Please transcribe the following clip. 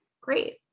Great